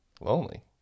lonely